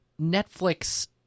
Netflix